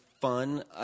fun